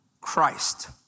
Christ